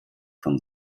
von